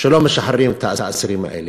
שלא משחררים את האסירים האלה.